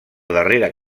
darrera